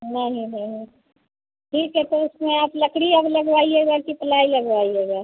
नहीं है ठीक है तो उसमें आप लकड़ी अब लगवाइएगा कि प्लाई लगवाइएगा